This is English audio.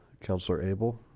councillor abel